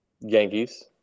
Yankees